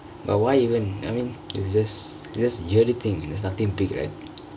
but why even I mean it's just just yearly thingk there's nothingk big right